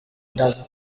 ndaza